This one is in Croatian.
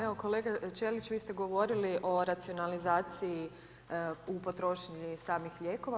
Evo kolega Ćelić vi ste govorili o racionalizaciji u potrošnji samih lijekova.